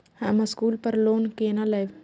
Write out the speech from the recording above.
हम स्कूल पर लोन केना लैब?